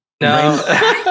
No